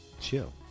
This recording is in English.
Chill